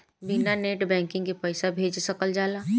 बिना net banking के पईसा भेज सकल जाला?